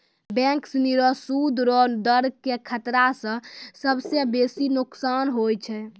bank सिनी रो सूद रो दर के खतरा स सबसं बेसी नोकसान होय छै